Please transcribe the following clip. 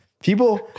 People